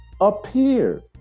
appear